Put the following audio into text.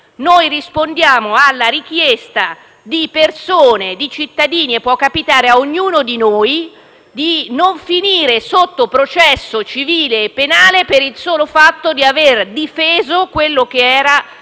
Noi rispondiamo alla richiesta di persone, di cittadini e può capitare ad ognuno di noi di finire sotto processo civile o penale per il solo fatto di aver difeso il proprio